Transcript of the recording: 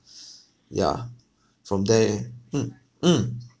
yeah from there mm mm